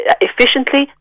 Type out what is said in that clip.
efficiently